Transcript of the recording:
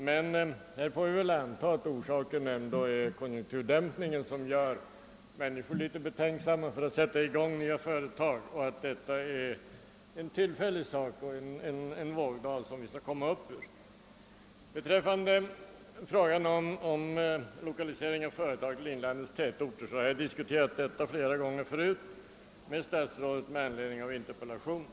Men vi får väl ändå anta att orsaken till detta är konjunkturdämpningen, som gör människor litet betänksamma när det gäller att sätta i gång nya företag, och att det är en till fällig vågdal som vi skall komma upp ur. Frågan om lokalisering av företag till inlandets tätorter har jag diskuterat flera gånger tidigare med statsrådet med anledning av «interpellationer.